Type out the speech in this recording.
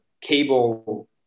cable